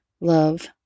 love